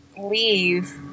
leave